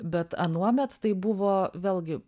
bet anuomet tai buvo vėlgi